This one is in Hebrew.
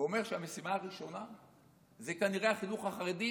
ואומר שהמשימה הראשונה היא כנראה החינוך החרדי,